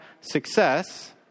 success